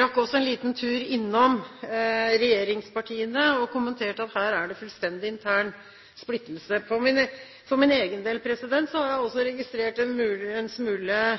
rakk også en liten tur innom regjeringspartiene og kommenterte at her er det fullstendig intern splittelse. For min egen del har jeg registrert en